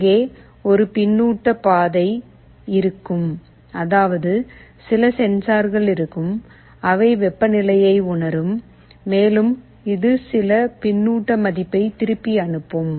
அங்கே ஒரு பின்னூட்ட பாதை இருக்கும் அதாவது சில சென்சார்கள் இருக்கும் அவை வெப்பநிலையைப் உணரும் மேலும் இது சில பின்னூட்ட மதிப்பை திருப்பி அனுப்பும்